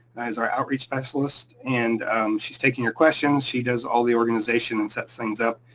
as our outreach specialist, and she's taking your questions. she does all the organization and sets things up